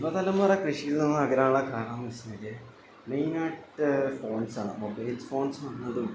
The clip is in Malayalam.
യുവതലമുറ കൃഷിയിൽ നിന്ന് അകലാനുള്ള കാരണം എന്നു വച്ചാൽ മേയ്നായിട്ട് ഫോൺസ് ആണ് മൊബൈൽ ഫോൺസ്സ് വന്നതും